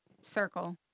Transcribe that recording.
circle